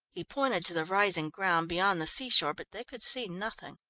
he pointed to the rising ground beyond the seashore, but they could see nothing.